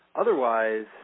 Otherwise